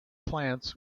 plants